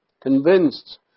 convinced